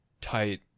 tight